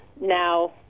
Now